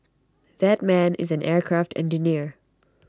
that man is an aircraft engineer